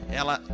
ela